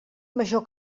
major